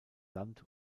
land